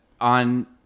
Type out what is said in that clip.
on